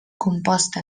composta